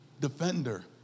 defender